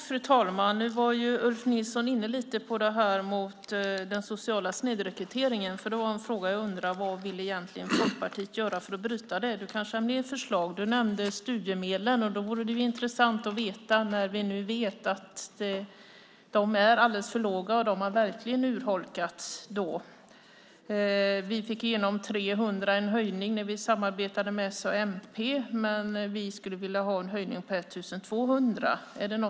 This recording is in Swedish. Fru talman! Ulf Nilsson kom lite grann in på den sociala snedrekryteringen, och jag undrar just vad Folkpartiet egentligen vill göra för att bryta den. Ulf Nilsson kanske har fler förslag. Han nämnde studiemedlen. Vi vet att de är alldeles för låga och har urholkats. Vi fick igenom en höjning med 300 kronor när vi samarbetade med s och mp, men vi skulle vilja ha en höjning med 1 200 kronor.